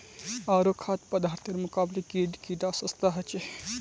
आरो खाद्य पदार्थेर मुकाबले कीट कीडा सस्ता ह छे